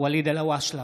ואליד אלהואשלה,